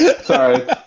Sorry